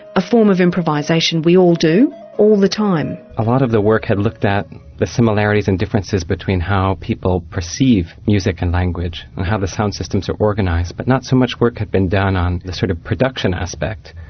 a form of improvisation we all do all the time. a lot of the work had looked the similarities and differences between how people perceive music and language and how the sound systems are organised, but not so much work had been done on the sort of production aspect.